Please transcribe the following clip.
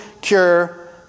cure